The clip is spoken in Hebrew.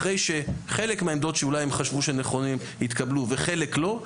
אחרי שחלק מהעמדות שאולי הם חשבו שהן נכונות התקבלו וחלק לא,